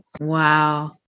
wow